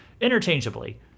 interchangeably